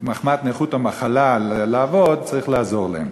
לעבוד מחמת נכות או מחלה, צריך לעזור להם.